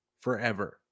forever